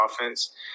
offense